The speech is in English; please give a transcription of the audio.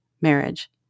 marriage